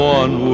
one